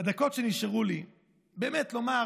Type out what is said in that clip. ובדקות שנשארו לי להקריא